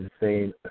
insane